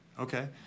okay